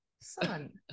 son